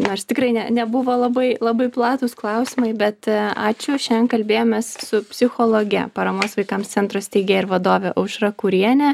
nors tikrai ne nebuvo labai labai platūs klausimai bet ačiū šiandien kalbėjomės su psichologe paramos vaikams centro steigėja ir vadove aušra kuriene